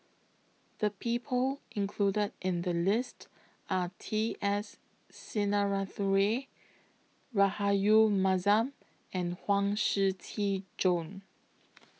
The People included in The list Are T S Sinnathuray Rahayu Mahzam and Huang Shiqi Joan